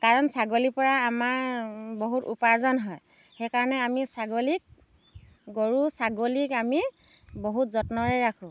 কাৰণ ছাগলীৰ পৰা আমাৰ বহুত উপাৰ্জন হয় সেইকাৰণে আমি ছাগলীক গৰু ছাগলীক আমি বহুত যত্নৰে ৰাখোঁ